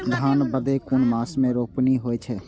धान भदेय कुन मास में रोपनी होय छै?